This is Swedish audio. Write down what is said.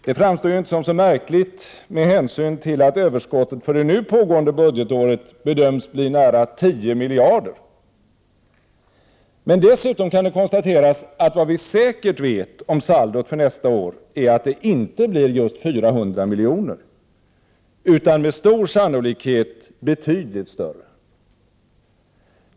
Det framstår ju inte som så märkligt med hänsyn till att överskottet för det nu pågående budgetåret bedöms bli nära 10 miljarder. Men dessutom kan det konstateras, att vad vi säkert vet om saldot för nästa år är att det inte blir just 400 miljoner, utan med stor sannolikhet betydligt större.